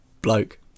bloke